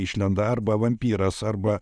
išlenda arba vampyras arba